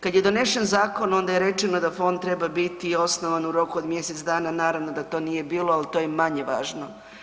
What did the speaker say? Kad je donesen zakon onda je rečeno da fond treba biti osnovan u roku od mjesec dana, naravno da to nije bilo, al to je manje važno.